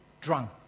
drunk